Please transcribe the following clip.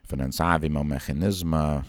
finansavimo mechanizmą